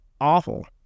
awful